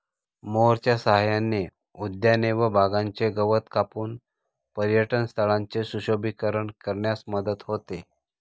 मोअरच्या सहाय्याने उद्याने व बागांचे गवत कापून पर्यटनस्थळांचे सुशोभीकरण करण्यास मदत होते